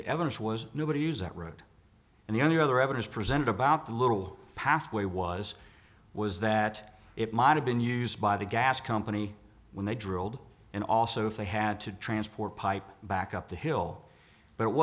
the evidence was nobody used that road and the only other evidence presented about the little pathway was was that it might have been used by the gas company when they drilled and also if they had to transport pipe back up the hill but it